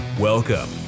Welcome